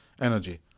energy